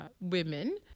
women